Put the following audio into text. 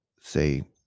say